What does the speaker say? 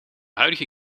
huidige